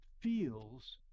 feels